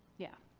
yeah.